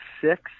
six